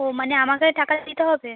ও মানে আমাকে টাকা দিতে হবে